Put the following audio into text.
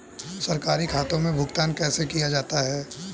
सरकारी खातों में भुगतान कैसे किया जाता है?